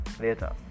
later